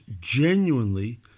genuinely